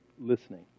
listening